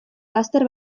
laster